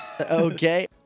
Okay